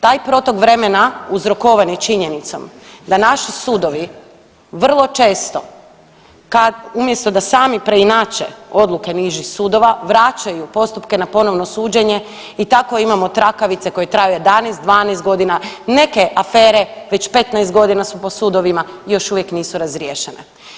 Taj protok vremena uzrokovan je činjenicom da naši sudovi vrlo često umjesto da sami preinače odluke nižih sudova, vraćaju postupke na ponovno suđenje i tako imamo trakavice koje traju 11.-12.g., neke afere već 15.g. su po sudovima i još uvijek nisu razriješene.